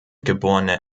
geborene